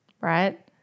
right